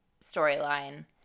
storyline